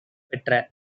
பெற்ற